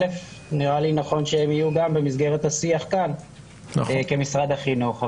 נראה לי נכון שהם יהיו גם במסגרת השיח כאן כמשרד החינוך.